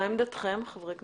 מה עמדתכם, חברי הכנסת?